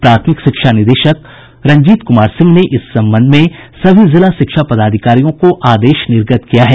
प्राथमिक शिक्षा निदेशक रंजीत कुमार सिंह ने इस संबंध में सभी जिला शिक्षा पदाधिकारियों को आदेश निर्गत किया है